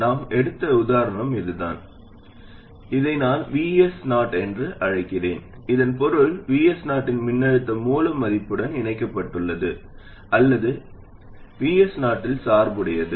நாம் எடுத்த உதாரணம் இதுதான் இதை நான் VS0 என்று அழைக்கிறேன் இதன் பொருள் VS0 இன் மின்னழுத்த மூல மதிப்புடன் இணைக்கப்பட்டுள்ளது அல்லது எப்படியாவது VS0 இல் சார்புடையது